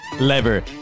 lever